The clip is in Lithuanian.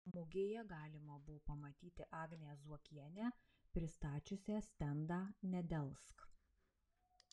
mugėje galima buvo pamatyti agnę zuokienę pristačiusią stendą nedelsk